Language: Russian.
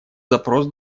запрос